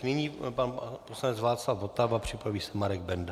Nyní pan poslanec Václav Votava, připraví se Marek Benda.